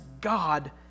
God